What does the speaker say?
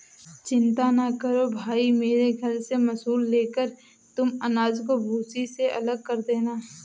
चिंता ना करो भाई मेरे घर से मूसल लेकर तुम अनाज को भूसी से अलग कर लेना